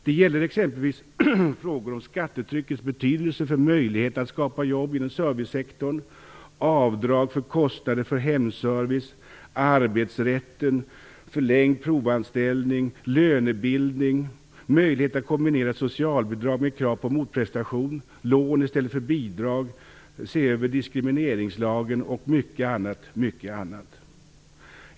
Det gäller t.ex. frågor om skattetryckets betydelse för möjligheten att skapa jobb inom servicesektorn, avdrag för kostnader för hemservice, arbetsrätten, förlängd provanställning, lönebildningen, möjligheter att kombinera socialbidrag med krav på motprestationer, lån i stället för bidrag, att se över diskrimineringslagen och mycket annat.